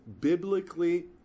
biblically